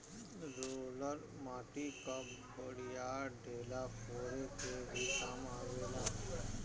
roller माटी कअ बड़ियार ढेला फोरे के भी काम आवेला